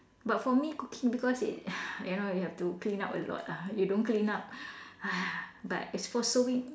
but for me cooking because it you know you have to clean up a lot ah you know you don't clean up but as for sewing